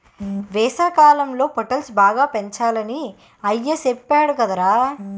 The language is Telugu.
వేసవికాలంలో పొటల్స్ బాగా పెంచాలని అయ్య సెప్పేడు కదరా